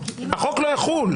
החוק לא יחול.